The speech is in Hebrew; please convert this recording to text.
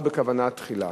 לא בכוונה תחילה.